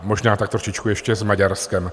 Možná tak trošičku ještě s Maďarskem.